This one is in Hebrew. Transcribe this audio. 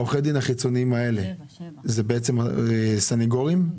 אלה סניגורים?